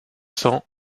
cents